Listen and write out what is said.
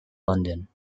london